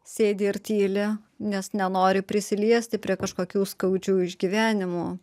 sėdi ir tyli nes nenori prisiliesti prie kažkokių skaudžių išgyvenimų